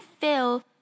feel